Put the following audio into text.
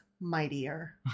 mightier